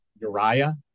uriah